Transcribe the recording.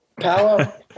Power